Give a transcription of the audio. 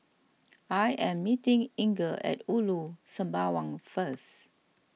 I am meeting Inger at Ulu Sembawang first